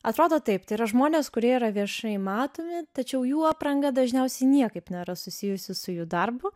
atrodo taip tai yra žmonės kurie yra viešai matomi tačiau jų apranga dažniausiai niekaip nėra susijusi su jų darbu